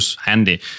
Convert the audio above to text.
handy